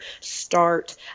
start